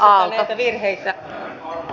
arvoisa rouva puhemies